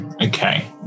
Okay